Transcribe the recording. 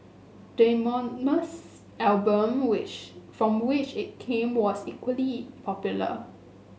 the eponymous album which from which it came was equally popular